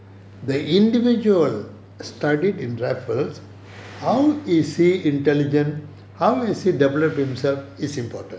mm